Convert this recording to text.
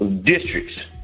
districts